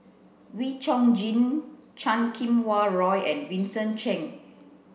Wee Chong Jin Chan Kum Wah Roy and Vincent Cheng